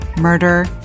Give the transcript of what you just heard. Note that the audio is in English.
murder